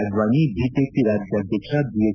ಅಡ್ಟಾಣೆ BJP ರಾಜ್ಯಾದ್ಯಕ್ಷ BS